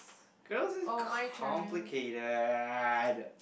girls are complicated